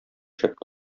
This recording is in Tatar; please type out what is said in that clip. шәп